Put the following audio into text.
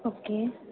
okay